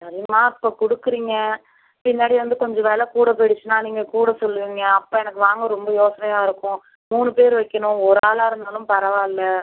சரிங்கமா இப்போ கொடுக்குறீங்க பின்னாடி வந்து கொஞ்சோம் விலை கூட போயிடுச்சுனா நீங்கள் கூட சொல்லுவீங்க அப்போ எனக்கு வாங்க ரொம்ப யோசனையாக இருக்கும் மூணு பேர் வைக்கணும் ஒரு ஆளாக இருந்தாலும் பரவாயில்ல